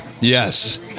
Yes